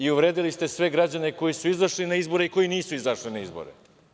Uvredili ste sve građane koji su izašli na izbore i koji nisu izašli na izbore.